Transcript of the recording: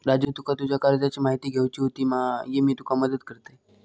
राजू तुका तुज्या कर्जाची म्हायती घेवची होती मा, ये मी तुका मदत करतय